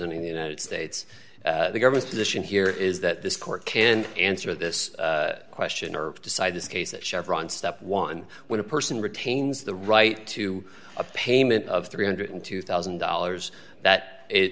in the united states the government's position here is that this court can answer this question or decide this case that chevron step one when a person retains the right to a payment of three hundred and two thousand dollars that it